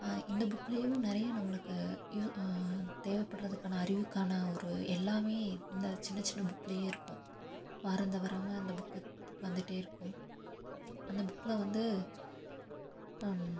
இந்த புக்லேயும் நிறையா நம்மளுக்கு யூஸ் தேவைப்பட்றதுக்கான அறிவுக்கான ஒரு எல்லாமே இந்த சின்ன சின்ன புக்லேயே இருக்கும் வாரந்தவராமல் அந்த புக்கு வந்துகிட்டே இருக்கும் அந்த புக்கில் வந்து